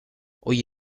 hoy